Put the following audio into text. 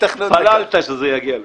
התפללת שזה יגיע לכאן.